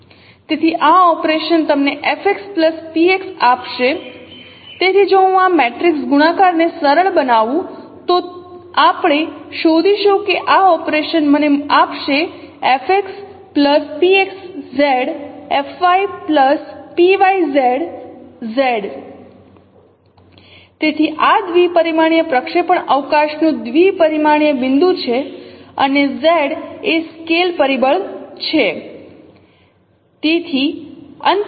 તેથી આ ઓપરેશન તમને fX પ્લસ px આપશે તેથી જો હું આ મેટ્રિક્સ ગુણાકારને સરળ બનાવું તો આપણે શોધીશું કે આ ઓપરેશન મને આપશે તેથી આ દ્વિપરિમાણીય પ્રક્ષેપણ અવકાશ નું દ્વિપરિમાણીય બિંદુ છે અને Z એ સ્કેલ પરિબળ છે